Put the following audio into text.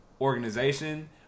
organization